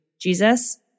Jesus